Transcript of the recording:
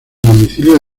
domicilio